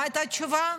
מה הייתה התשובה?